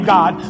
God